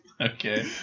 Okay